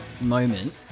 moment